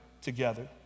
together